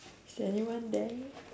is anyone there